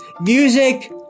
music